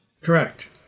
Correct